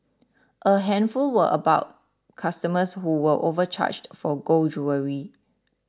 a handful were about customers who were overcharged for gold jewellery